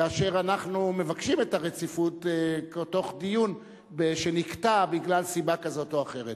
כאשר אנחנו מבקשים את הרציפות תוך דיון שנקטע בגלל סיבה כזאת או אחרת,